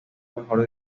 mejor